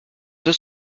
deux